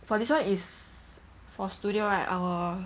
for this one is for studio right our